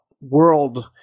world